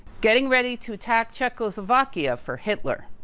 getting ready to attack czechoslovakia for hitler.